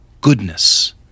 goodness